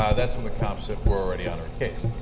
ah that's when the cops were already on her case.